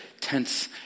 tents